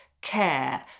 care